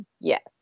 Yes